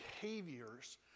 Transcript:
behaviors